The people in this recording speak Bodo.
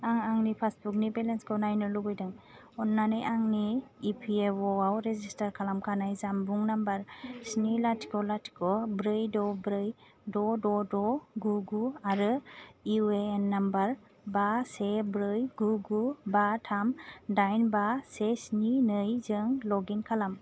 आं आंनि पासबुकनि बेलेन्सखौ नायनो लुबैदों अन्नानै आंनि इ पि एफ अ' आव रेजिस्टार खालामखानाय जानबुं नम्बर स्नि लाथिख' लाथिख' ब्रै द' ब्रै द' द' द' गु गु आरो इउ ए एन नम्बर बा से ब्रै गु गु बा थाम दाइन बा से स्नि नैजों लग इन खालाम